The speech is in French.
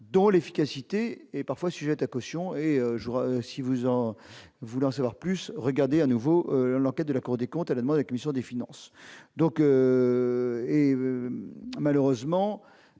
dont l'efficacité est parfois sujette à caution et jour si vous en voulant savoir plus regarder à nouveau l'enquête de la Cour des comptes à la et commissions des Finances